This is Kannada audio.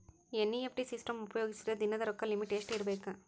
ಎನ್.ಇ.ಎಫ್.ಟಿ ಸಿಸ್ಟಮ್ ಉಪಯೋಗಿಸಿದರ ದಿನದ ರೊಕ್ಕದ ಲಿಮಿಟ್ ಎಷ್ಟ ಇರಬೇಕು?